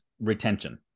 retention